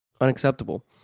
Unacceptable